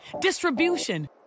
distribution